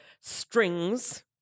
strings